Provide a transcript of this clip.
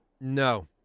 No